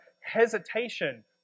hesitation